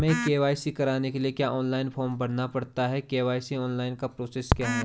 हमें के.वाई.सी कराने के लिए क्या ऑनलाइन फॉर्म भरना पड़ता है के.वाई.सी ऑनलाइन का प्रोसेस क्या है?